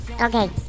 Okay